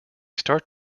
start